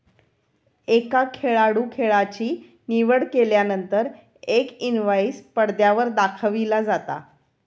एका खेळाडूं खेळाची निवड केल्यानंतर एक इनवाईस पडद्यावर दाखविला जाता